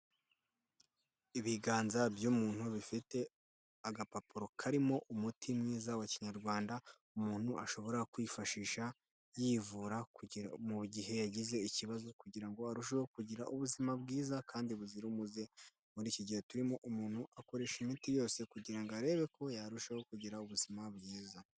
Ibiganza by'umuntu bifite agapapuro karimo umuti mwiza wa kinyarwanda, umuntu ashobora kwifashisha yivura mu gihe yagize ikibazo, kugirango arusheho kugira ubuzima bwiza kandi buzira umuze, muri iki gihe turimo umuntu akoresha imiti yose, kugira ngo arebe ko yarushaho kugira ubuzima bwiza.